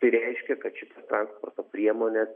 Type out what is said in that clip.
tai reiškia kad šitas transporto priemones